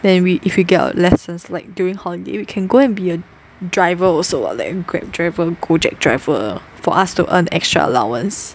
then we if we get our lessons like during holiday we can go and be a driver also [what] like a Grab driver Gojek driver for us to earn extra allowance